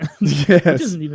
Yes